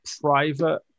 private